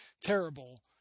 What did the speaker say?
terrible